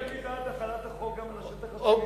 אני בעד החלת החוק גם על השטח הפלסטיני,